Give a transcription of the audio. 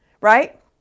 right